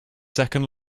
second